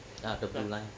ya the blue line